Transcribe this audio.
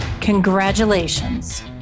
Congratulations